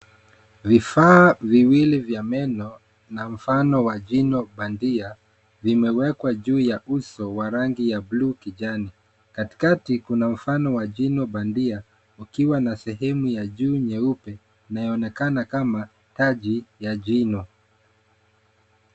Vifaa viwili vya meno na mfano wa jino bandia vimewekwa juu ya uso wa rangi ya buluu kijani, katikati kuna mfano wa jino bandia ukiwa na sehemu ya juu nyeupe inayoonekana kama taji ya jino.